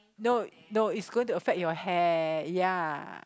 no no it's going to affect your hair ya